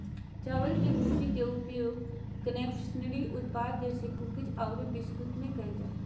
चावल के भूसी के उपयोग कन्फेक्शनरी उत्पाद जैसे कुकीज आरो बिस्कुट में कइल जा है